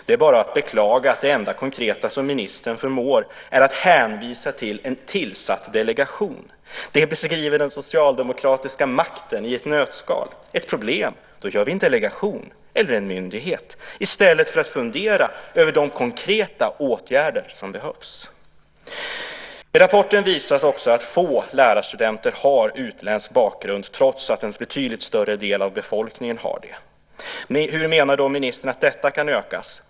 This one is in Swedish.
Det är bara att beklaga att det enda konkreta som ministern förmår är att hänvisa till en tillsatt delegation. Det beskriver den socialdemokratiska makten i ett nötskal: Ett problem. Då gör vi en delegation eller en myndighet. I stället för att fundera över de konkreta åtgärder som behövs. I rapporten visas också att få lärarstudenter har utländsk bakgrund trots att en betydligt större del av befolkningen har det. Hur menar då ministern att detta kan ökas?